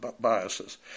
biases